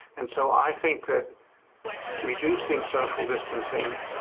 and so i think that reducing social distancing,